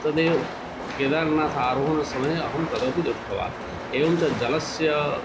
तदेव केदारनाथ आरोहणसमये अहं तदपि दृष्टवान् एवं च जलस्य